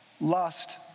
Lust